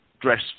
dress